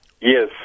Yes